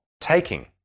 Taking